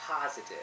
positive